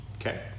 Okay